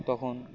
তখন